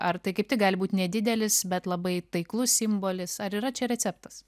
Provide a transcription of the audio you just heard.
ar tai kaip tik gali būt nedidelis bet labai taiklus simbolis ar yra čia receptas